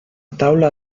taula